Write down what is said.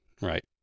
Right